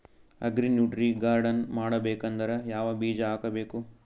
Agri nutri garden ಮಾಡಬೇಕಂದ್ರ ಯಾವ ಬೀಜ ಹಾಕಬೇಕು?